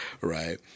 Right